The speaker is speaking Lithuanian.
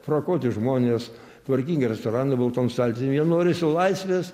frakuoti žmonės tvarkingi restoranai baltom staltiesėm jie nori sau laisvės